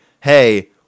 hey